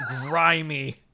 grimy